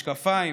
משקפיים,